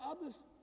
others